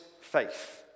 faith